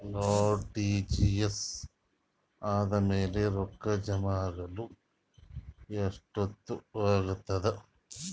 RTGS ಆದ್ಮೇಲೆ ರೊಕ್ಕ ಜಮಾ ಆಗಲು ಎಷ್ಟೊತ್ ಆಗತದ?